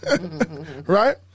Right